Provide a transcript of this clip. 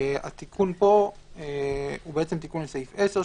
התיקון פה הוא תיקון לסעיף 10,